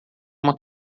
uma